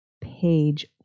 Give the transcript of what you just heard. page